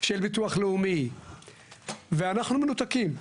של ביטוח לאומי ואנחנו מנותקים.